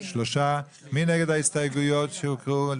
3. מי נגד ההסתייגויות שהוקראו?